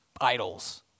idols